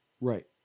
Right